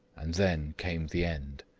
and then came the end.